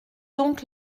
donc